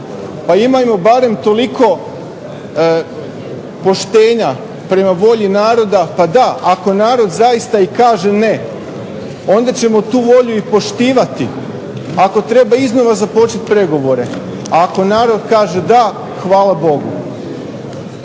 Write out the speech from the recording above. dana barem toliko poštenja prema volji naroda, ako narod zaista i kaže ne onda ćemo tu volju i poštivati, ako narod kaže da hvala Bogu.